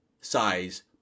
size